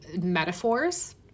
metaphors